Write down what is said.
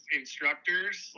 instructors